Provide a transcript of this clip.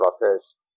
process